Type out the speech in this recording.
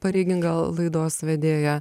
pareiginga laidos vedėja